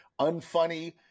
unfunny